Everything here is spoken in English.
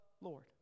lord